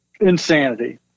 insanity